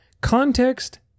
context